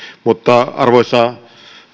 mutta arvoisa